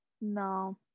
No